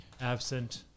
absent